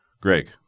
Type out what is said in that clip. Greg